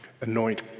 Anoint